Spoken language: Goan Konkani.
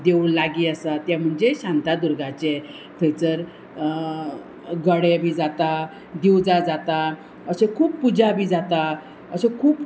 देवूळ लागीं आसा तें म्हणजे शांतादुर्गाचें थंयसर गडे बी जाता दिवजा जाता अशें खूब पुजा बी जाता अशें खूब